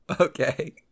okay